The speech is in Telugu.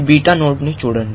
ఈ బీటా నోడ్ చూడండి